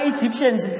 Egyptians